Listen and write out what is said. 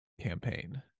campaign